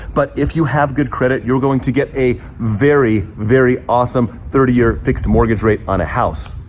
but if you have good credit, you're going to get a very, very awesome thirty year fixed mortgage rate on a house.